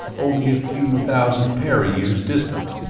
only a few thousand parayears distant.